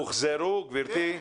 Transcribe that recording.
הוחזרו גברתי?